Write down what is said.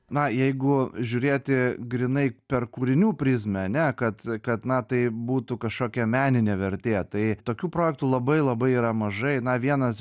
na jeigu žiūrėti grynai per kūrinių prizmę ane kad kad na tai būtų kažkokia meninė vertė tai tokių projektų labai labai yra mažai na vienas